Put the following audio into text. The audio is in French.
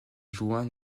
juin